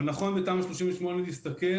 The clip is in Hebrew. אבל נכון בתמ"א 38 להסתכל,